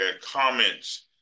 comments